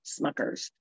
Smuckers